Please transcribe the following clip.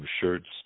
shirts